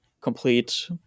complete